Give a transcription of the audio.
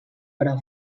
però